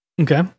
Okay